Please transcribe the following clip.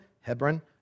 Hebron